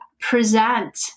present